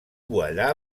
voilà